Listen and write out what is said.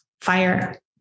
fire